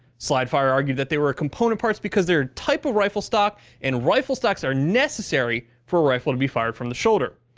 slide fire argued that they were component parts because they are a type of rifle stock and rifle stocks are necessary for a rifle to be fired from the shoulder.